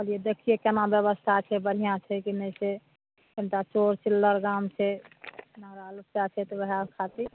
कहलियै देखियै केना ब्यवस्था छै बढ़िआँ छै कि नहि छै कनिटा चोर चिल्लर गाम छै लुच्चा छै तऽ ओहए खातिर